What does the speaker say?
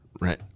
right